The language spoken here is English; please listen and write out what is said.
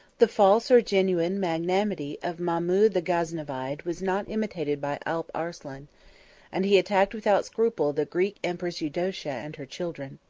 the false or genuine magnanimity of mahmud the gaznevide was not imitated by alp arslan and he attacked without scruple the greek empress eudocia and her children.